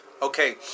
Okay